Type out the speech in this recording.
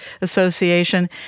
Association